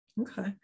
okay